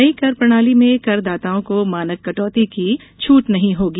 नई कर प्रणाली में कर दाताओं को मानक कटौती की छूट नहीं होगी